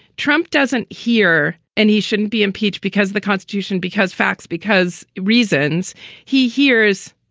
trump doesn't here and he shouldn't be impeached because the constitution, because facts, because reasons he hears.